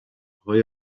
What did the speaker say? های